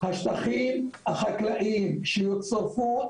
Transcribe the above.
השטחים החקלאים שיצורפו,